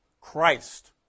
Christ